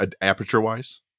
aperture-wise